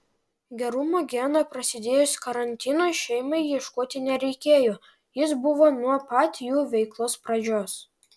gerumo geno prasidėjus karantinui šeimai ieškoti nereikėjo jis buvo nuo pat jų veiklos pradžios